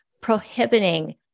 prohibiting